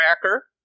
Cracker